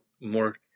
more